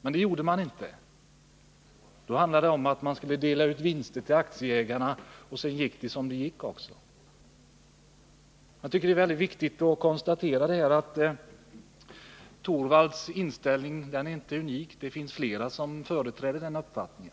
Det gjorde man inte. Då skulle man dela ut vinster till aktieägarna. Så gick det också som det gick. Jag tycker att det är mycket viktigt att konstatera att Rune Torwalds inställning inte är unik. Det finns flera som företräder samma uppfattning.